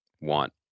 want